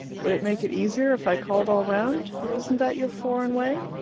would it make it easier if i called all round? isn't that your foreign way?